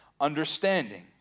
understanding